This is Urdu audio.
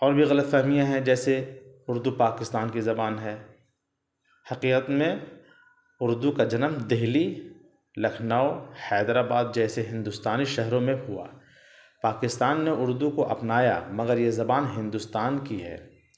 اور بھی غلط فہمیاں ہیں جیسے اردو پاکستان کی زبان ہے حقیقت میں اردو کا جنم دہلی لکھنؤ حیدرآباد جیسے ہندوستانی شہروں میں ہوا پاکستان نے اردو کو اپنایا مگر یہ زبان ہندوستان کی ہے